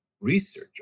research